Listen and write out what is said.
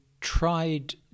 tried